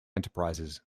enterprises